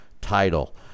title